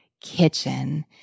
Kitchen